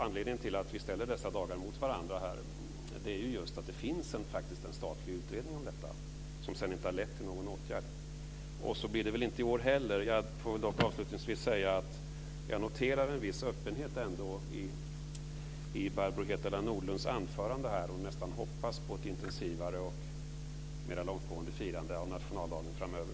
Anledningen till att vi ställer dessa dagar mot varandra är just att det finns en statlig utredning om detta, som inte har lett till någon åtgärd. Så blir det väl i år också. Jag får dock avslutningsvis säga att jag noterar en viss öppenhet i Barbro Hietala Nordlunds anförande. Hon nästan hoppas på ett intensivare och mera långtgående firande av nationaldagen framöver.